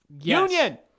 Union